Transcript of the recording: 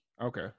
Okay